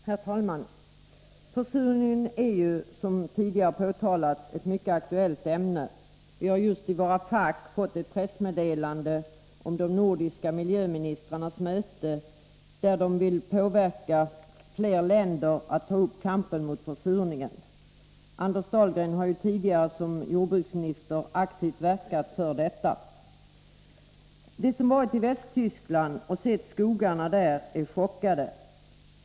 Herr talman! Försurningen är ju, som tidigare påtalats, ett mycket aktuellt ämne. Vi har just i våra fack fått ett pressmeddelande om de nordiska miljöministrarnas möte, där de vill påverka fler länder att ta upp kampen mot försurningen. Anders Dahlgren har tidigare som jordbruksminister aktivt verkat för detta. De som varit i Västtyskland och sett skogen där är chockade.